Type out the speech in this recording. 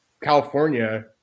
California